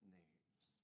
names